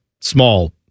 small